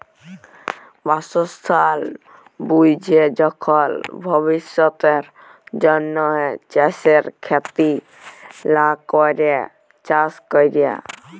বাসস্থাল বুইঝে যখল ভবিষ্যতের জ্যনহে চাষের খ্যতি লা ক্যরে চাষ ক্যরা